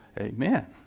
Amen